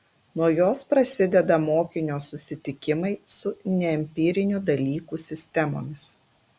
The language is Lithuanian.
nuo jos prasideda mokinio susitikimai su neempirinių dalykų sistemomis